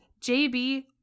JB